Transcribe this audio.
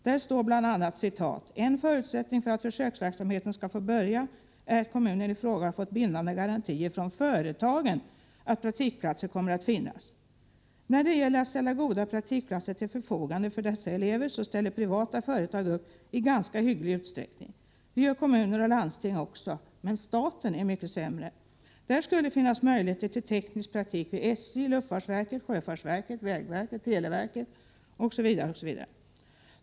Där står bl.a. följande: ”En förutsättning för att försöksverksamheten skall få börja är att kommunen i fråga har fått bindande garantier från företagen att praktikplatser kommer att finnas.” När det gäller att ställa goda praktikplatser till förfogande till dessa elever ställer privata företag upp i ganska stor utsträckning. Det gör också kommuner och landsting. Men staten är mycket sämre. Det borde finnas möjligheter till teknisk praktik vid SJ, luftfartsverket, sjöfartsverket, vägverket, televerket, osv.